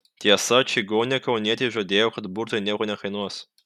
tiesa čigonė kaunietei žadėjo kad burtai nieko nekainuos